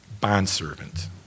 bondservant